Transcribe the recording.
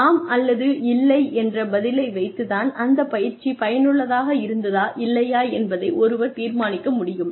ஆம் அல்லது இல்லை என்ற பதிலை வைத்து தான் அந்த பயிற்சி பயனுள்ளதாக இருந்ததா இல்லையா என்பதை ஒருவர் தீர்மானிக்க முடியும்